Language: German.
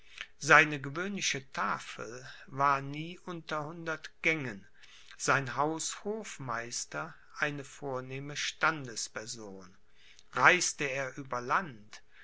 seine gewöhnliche tafel war nie unter hundert gängen sein haushofmeister eine vornehme standesperson reiste er über land